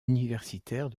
universitaire